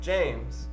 James